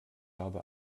habe